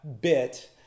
bit